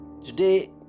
Today